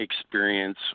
experience